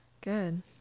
good